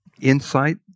insight